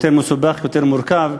יותר מסובך ויותר מורכב,